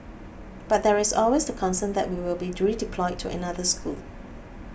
but there is always the concern that we will be redeployed to another school